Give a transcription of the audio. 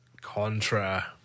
Contra